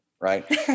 right